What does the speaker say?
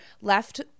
left